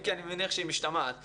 אם כי אני מניח שהיא משתמעת מדבריי,